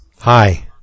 hi